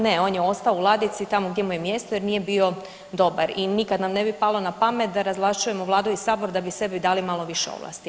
Ne, on je ostao u ladici, tamo gdje mu je mjesto jer nije bio dobar i nikad nam ne bi palo na pamet da razvlašćujemo vladu i sabor da bi sebi dali malo više ovlasti.